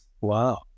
Wow